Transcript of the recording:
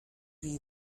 you